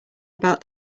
about